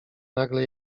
nagle